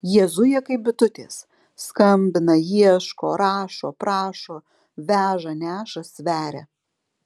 jie zuja kaip bitutės skambina ieško rašo prašo veža neša sveria